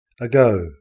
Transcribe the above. Ago